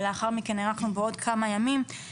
ולאחר מכן הארכנו בעוד כמה ימים,